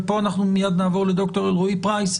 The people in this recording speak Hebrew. ופה אנחנו מיד נעבור לד"ר אלרעי פרייס,